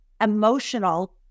emotional